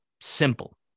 Simple